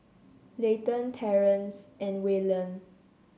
Layton Terrence and Wayland